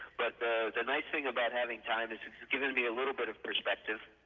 but the nice thing about having time is it's given me a little bit of perspective.